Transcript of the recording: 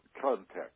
context